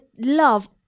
love